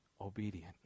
obedient